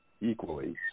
equally